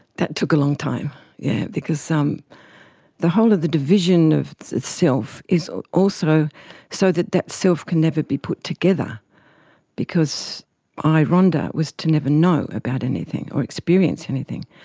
that took a long time yeah because the whole of the division of self is also so that that self can never be put together because i, rhonda, was to never know about anything or experience anything.